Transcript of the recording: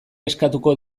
eskatuko